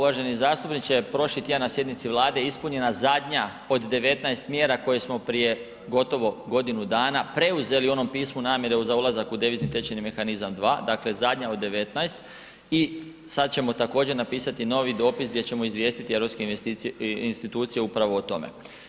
Uvaženi zastupniče prošli tjedan na sjednici Vlade ispunjena zadnja od 19 mjera koje smo prije gotovo godinu dana preuzeli u onom pismu namjere za ulazak u Devizni tečajni mehanizam II, dakle zadnja od 19 i sad ćemo također napisati novi dopis gdje ćemo izvijestiti europske institucije upravo o tome.